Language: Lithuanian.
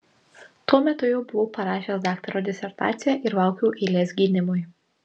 tuo metu jau buvau parašęs daktaro disertaciją ir laukiau eilės gynimui